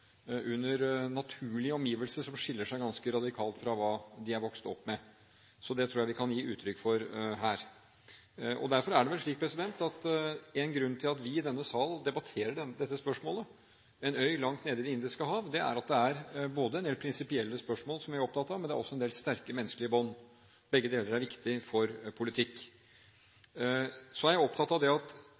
under naturlige omgivelser som skiller seg ganske radikalt fra det de er vokst opp med. Så det tror jeg vi kan gi uttrykk for her. Derfor er det vel slik at grunnen til at vi i denne sal debatterer dette spørsmålet – om en øy langt nede i Det indiske hav – er både at det er en del prinsipielle spørsmål som vi er opptatt av, og også at det er en del sterke menneskelige bånd. Begge deler er viktig for politikk. Jeg er opptatt av at